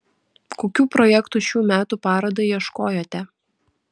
kokių projektų šių metų parodai ieškojote